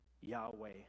Yahweh